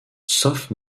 sauf